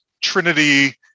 trinity